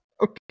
Okay